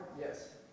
Yes